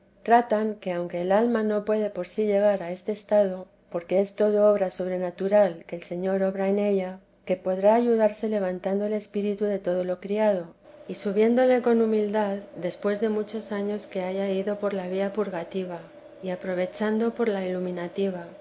tratan que aunque el alma no puede por sí llegar a este estado porque es todo obra sobrenatural que el señor obra en ella que podrá ayudarse levantando el espíritu de todo lo criado y subiéndole con humildad después de muchos años que haya ido por la vía purgativa y aprovechando por la